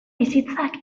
bizitzak